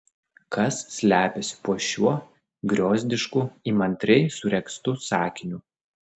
kas slepiasi po šiuo griozdišku įmantriai suregztu sakiniu